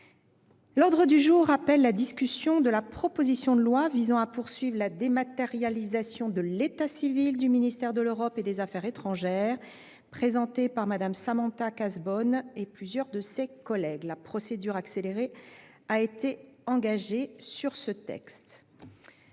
L’ordre du jour appelle la discussion de la proposition de loi visant à poursuivre la dématérialisation de l’état civil du ministère de l’Europe et des affaires étrangères, présentée par Mme Samantha Cazebonne et plusieurs de ses collègues (proposition n° 433, texte